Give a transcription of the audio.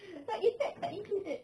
sound effect tak included